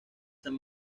san